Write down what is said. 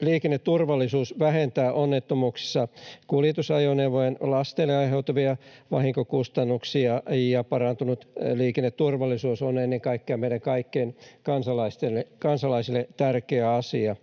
liikenneturvallisuus vähentää onnettomuuksissa kuljetusajoneuvojen lasteille aiheutuvia vahinkokustannuksia, ja parantunut liikenneturvallisuus on ennen kaikkea meidän kaikille kansalaisillemme tärkeä asia.